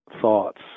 thoughts